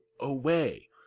away